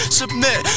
submit